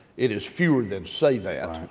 it is fewer than say that.